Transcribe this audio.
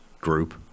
group